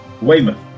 Weymouth